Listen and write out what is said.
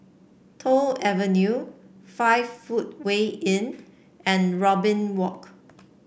Toh Avenue Five Footway Inn and Robin Walk